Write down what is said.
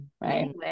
Right